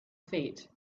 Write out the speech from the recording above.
feet